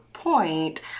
point